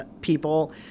people